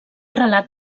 relat